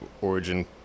origin